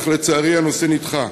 אך לצערי הנושא נדחה.